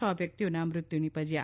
છ વ્યકિતઓના મૃત્યુ નિપજ્યાં